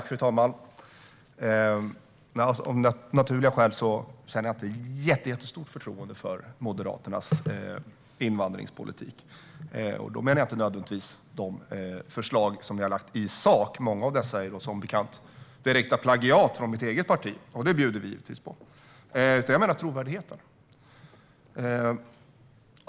Fru talman! Av naturliga skäl känner jag inte något jättestort förtroende för Moderaternas invandringspolitik, och då menar jag inte nödvändigtvis de förslag som ni har lagt i sak. Många av dessa är som bekant direkta plagiat från mitt eget parti. Det bjuder vi givetvis på. Men jag talar om trovärdigheten.